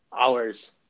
hours